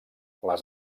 les